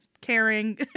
caring